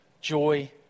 joy